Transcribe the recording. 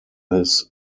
his